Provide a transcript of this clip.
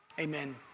Amen